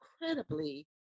incredibly